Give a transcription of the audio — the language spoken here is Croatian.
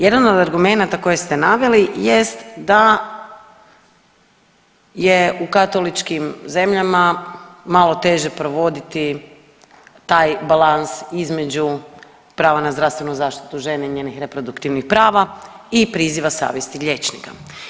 Jedan od argumenata koje ste naveli jest da je u katoličkim zemljama malo teže provoditi taj balans između prava na zdravstvenu zaštitu žene i njenih reproduktivnih prava i priziva savjesti liječnika.